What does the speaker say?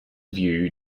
view